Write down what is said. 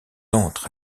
entre